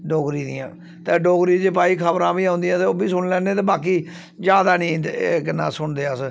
डोगरी दियां ते डोगरी च भाई खबरां बी औंदियां ते ओह् बी सुनी लैन्ने ते बाकी जैदा नेईं ते केह् नां सुनदे अस